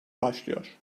başlıyor